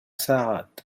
ساعات